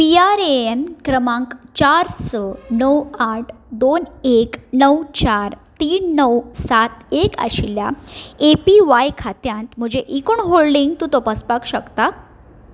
PRAN क्रमांक चार स णव आठ दोन एक णव चार तीन णव सात एक आशिल्ल्या एपीव्हाय खात्यांत म्हजें एकूण होल्डिंग तूं तपासपाक शकता